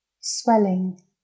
swelling